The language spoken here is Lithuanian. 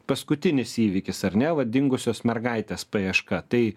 paskutinis įvykis ar ne vat dingusios mergaitės paieška tai